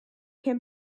can